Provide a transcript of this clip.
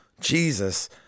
Jesus